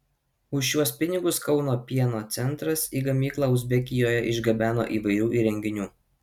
už šiuos pinigus kauno pieno centras į gamyklą uzbekijoje išgabeno įvairių įrenginių